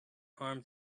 harm